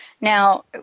Now